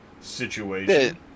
situation